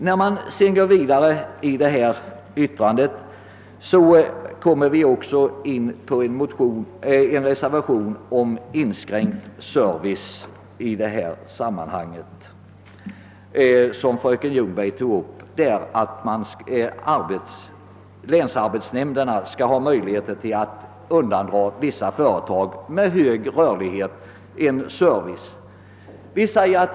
Det har vidare vid utskottets utlåtande fogats en reservation med krav på delegering av beslut om inskränkt service, vilken togs upp av fröken Ljungberg. Reservanterna anser att länsarbetsnämnderna inte skall ha möjligheter att undandra vissa företag med hög rörlighet service från arbetsförmedlingen.